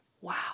Wow